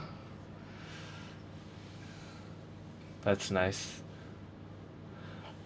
that's nice